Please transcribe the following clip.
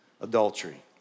adultery